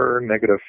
negative